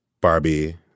Barbie